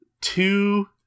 Two